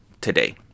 today